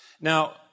Now